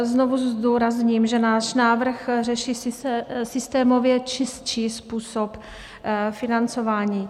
Znovu zdůrazním, že náš návrh řeší systémově čistší způsob financování.